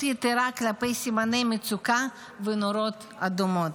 יתרה כלפי סימני מצוקה ונורות אדומות.